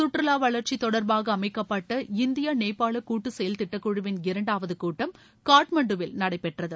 சுற்றுலா வளர்ச்சி தொடர்பாக அமைக்கப்பட்ட இந்தியா நேபாள கூட்டு செயல் திட்டக்குழுவின் இரண்டாவது கூட்டம் காட்மாண்டுவில் நடைபெற்றது